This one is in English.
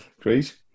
Great